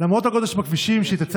למרות הגודש בכבישים, שהתעצם